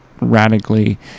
radically